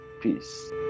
Peace